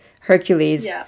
Hercules